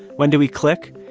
when do we click?